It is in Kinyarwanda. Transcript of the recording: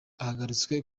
hagarutswe